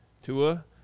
Tua